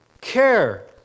care